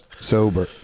Sober